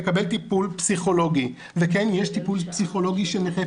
מקבל טיפול פסיכולוגי וכן יש טיפול פסיכולוגי של נכי